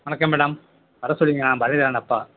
வணக்கம் மேடம் வரச் சொல்லி இருந்தீங்களாம் பரணிதரன் அப்பா